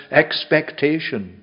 expectation